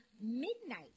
Midnight